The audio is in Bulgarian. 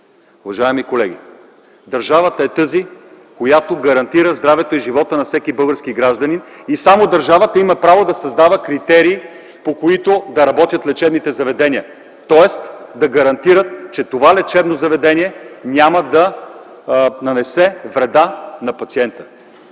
Уважаеми колеги, държавата е тази, която гарантира здравето и живота на всеки български гражданин, и само държавата има право да създава критериите, по които да работят лечебните заведения. Тоест да гарантират, че това лечебно заведение няма да нанесе вреда на пациента.